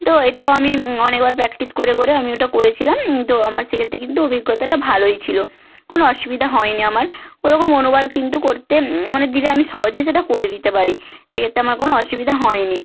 তো এটাও আমি অনেকবার প্র্যাকটিস করে করে আমি ওটা করেছিলাম তো আমার সেক্ষেত্রে কিন্তু অভিজ্ঞতাটা ভালোই ছিল কোনো অসুবিধা হয়নি আমার ওরকম অনুবাদ কিন্তু করতে মানে দিলে আমি সহজেই সেটা করে দিতে পারি সেক্ষেত্রে আমার কোনো অসুবিধা হয়নি